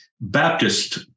Baptist